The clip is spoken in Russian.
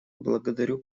благодарю